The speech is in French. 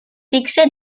excès